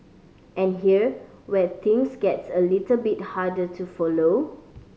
and here where things gets a little bit harder to follow